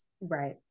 Right